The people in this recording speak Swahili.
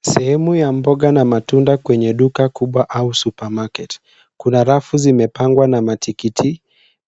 Sehemu ya mboga na matunda kwenye duka kubwa au supermarket . Kuna rafu zimepangwa na matikiti ,